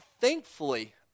Thankfully